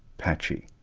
patchy.